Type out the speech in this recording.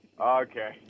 Okay